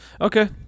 Okay